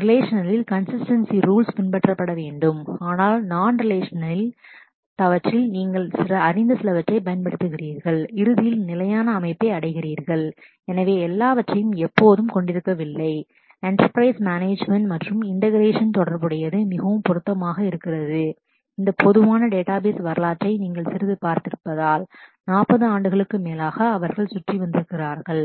ரிலேஷனில் consistency rules consistency rulesபின்பற்றப்பட வேண்டும் ஆனால் நான் ரிலேஷனல் தவற்றில் நீங்கள் அறிந்த சிலவற்றைப் பயன்படுத்துகிறீர்கள் இறுதியில் நிலையான அமைப்பை அடைகிறீர்கள் எனவே எல்லாவற்றையும் எப்போதும் கொண்டிருக்கவில்லை என்டர்பிரைஸ் மேனேஜ்மென்ட் enterprise management மற்றும் இன்டெகிரேஷன் integration தொடர்புடையது மிகவும் பொருத்தமாக இருக்கிறது இந்த பொதுவான டேட்டாபேஸ் databases வரலாற்றை நீங்கள் சிறிது பார்த்திருப்பதால் 40 ஆண்டுகளுக்கும் மேலாக அவர்கள் சுற்றி வந்திருக்கிறார்கள்